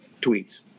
tweets